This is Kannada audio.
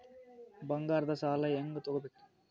ಬಂಗಾರದ್ ಸಾಲ ಹೆಂಗ್ ತಗೊಬೇಕ್ರಿ?